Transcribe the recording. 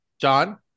John